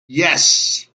yes